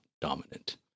dominant